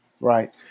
Right